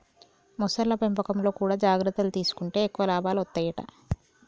మొసళ్ల పెంపకంలో కూడా జాగ్రత్తలు తీసుకుంటే ఎక్కువ లాభాలు వత్తాయట